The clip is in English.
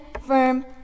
firm